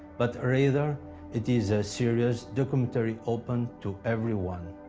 but rather it is a serious documentary open to everyone.